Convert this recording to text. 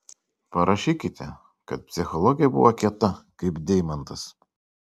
parašykite kad psichologė buvo kieta kaip deimantas